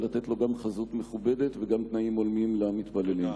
ולתת גם חזות מכובדת וגם תנאים הולמים למתפללים.